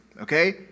Okay